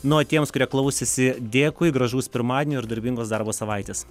nu o tiems kurie klausėsi dėkui gražaus pirmadienio ir darbingos darbo savaitės